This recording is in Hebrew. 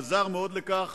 עזרה בכך